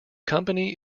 company